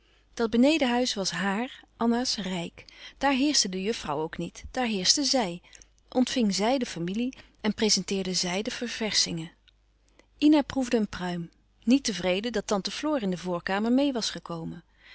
dat benedenhuis was hàar anna's rijk daar heerschte de juffrouw ook niet daar heerschte zij ontving zij de familie en prezenteerde zij de ververschingen ina proefde een pruim niet tevreden dat tante floor in de voorkamer meê was gekomen